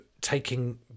taking